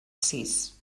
sis